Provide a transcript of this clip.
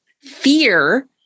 fear